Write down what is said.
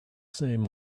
same